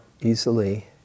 easily